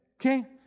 okay